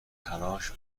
تلاش